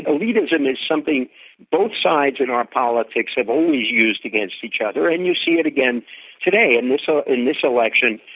elitism is something both sides and our politics have always used against each other and you see it again today and so in this election.